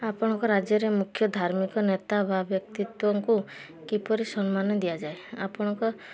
ଆପଣଙ୍କ ରାଜ୍ୟରେ ମୁଖ୍ୟ ଧାର୍ମିକ ନେତା ବା ବ୍ୟକ୍ତିତ୍ୱଙ୍କୁ କିପରି ସମ୍ମାନ ଦିଆଯାଏ ଆପଣଙ୍କ